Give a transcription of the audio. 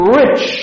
rich